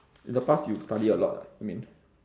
in the past you study a lot ah I mean